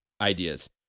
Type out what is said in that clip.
ideas